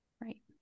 right